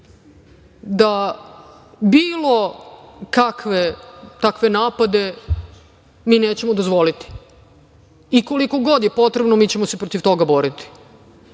da bilo kakve takve napade mi nećemo dozvoliti i koliko god je potrebno mi ćemo se protiv toga boriti.